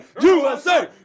USA